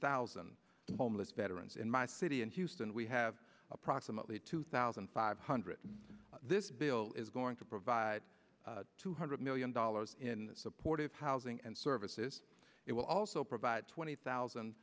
thousand homeless veterans in my city and houston we have approximately two thousand five hundred and this bill is going to provide two hundred million dollars in supportive housing and services it will also provide twenty thousand